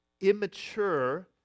immature